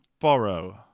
borrow